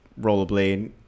Rollerblade